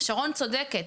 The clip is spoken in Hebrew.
שרון צודקת.